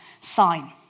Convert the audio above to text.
sign